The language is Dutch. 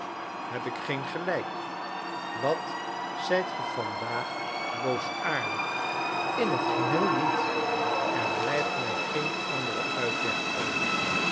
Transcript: heb ik geen gelijk wat zijt ge vandaag boosaardig in het geheel niet er blijft mij geen andere uitweg over